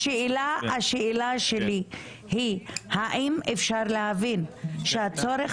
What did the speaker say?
השאלה שלי היא האם אפשר להבין שהצורך